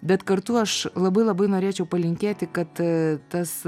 bet kartu aš labai labai norėčiau palinkėti kad e tas